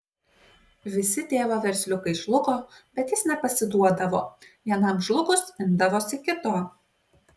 visi tėvo versliukai žlugo bet jis nepasiduodavo vienam žlugus imdavosi kito